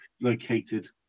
located